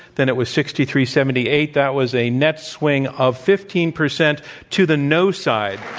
then it was sixty three seventy eight. that was a net swing of fifteen percent to the no side.